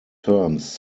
terms